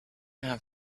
have